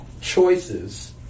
choices